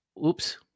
Oops